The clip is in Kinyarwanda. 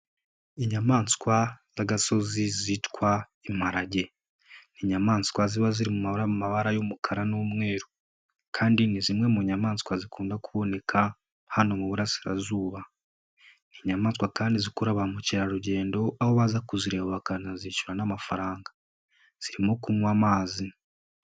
Inyamaswa z'igasozi zitwa imparage. Ni inyamaswa ziba ziri mu ma mabara y'umukara n'umweru kandi ni zimwe mu nyamaswa zikunda kuboneka hano mu burasirazuba. inyamaswa kandi zikurura ba mukerarugendo aho baza kuzireba bakanazishyura n'amafaranga. Zirimo kunywa amazi.